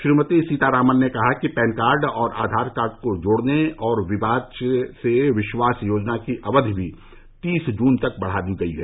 श्रीमती सीतारामन ने कहा कि पैन कार्ड और आधार कार्ड को जोड़ने और विवाद से विश्वास योजना की अवधि भी तीस जून तक बढ़ा दी गई है